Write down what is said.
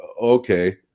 okay